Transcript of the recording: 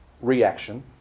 reaction